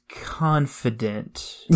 confident